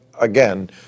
again